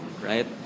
right